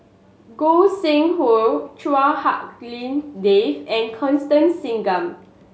Gog Sing Hooi Chua Hak Lien Dave and Constance Singam